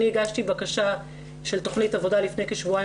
אני הגשתי בקשה של תכנית עבודה לפני כשבועיים